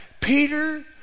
peter